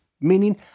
meaning